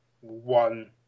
one